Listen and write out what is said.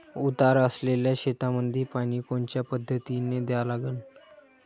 उतार असलेल्या शेतामंदी पानी कोनच्या पद्धतीने द्या लागन?